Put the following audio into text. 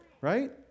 right